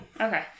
Okay